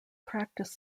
practice